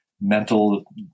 mental